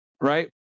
right